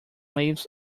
lives